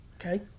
Okay